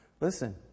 Listen